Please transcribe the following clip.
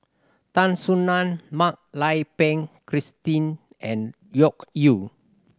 Tan Soo Nan Mak Lai Peng Christine and Loke Yew